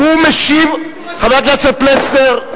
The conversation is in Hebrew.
הוא משיב, חבר הכנסת פלסנר.